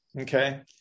Okay